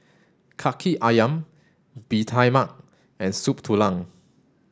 Kaki Ayam Bee Tai Mak and Soup Tulang